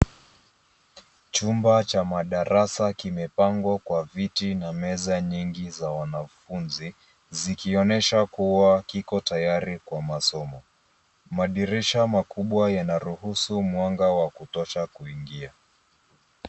Chumba cha madarasa kimepangwa kwa viti na meza nyingi za wanafunzi zikionyesha kuwa kiko tayari kwa masomo. Madirisha makubwa yanaruhusu mwanga wa kutosha kuingia.